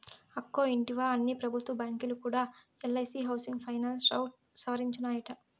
అక్కో ఇంటివా, అన్ని పెబుత్వ బాంకీలు కూడా ఎల్ఐసీ హౌసింగ్ ఫైనాన్స్ రౌట్ సవరించినాయట